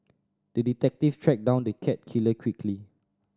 the detective tracked down the cat killer quickly